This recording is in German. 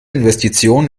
investitionen